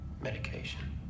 medication